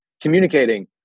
communicating